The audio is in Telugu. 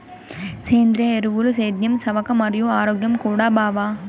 సేంద్రియ ఎరువులు సేద్యం సవక మరియు ఆరోగ్యం కూడా బావ